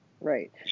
right